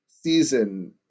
season